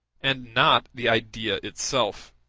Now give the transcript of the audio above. and not the idea itself